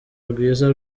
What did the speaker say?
rwiza